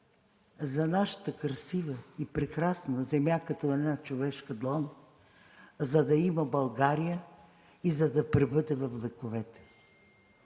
за нашата красива и прекрасна земя като една човешка длан, за да я има България и за да пребъде във вековете.